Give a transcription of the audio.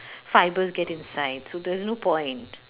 fibres get inside so there's no point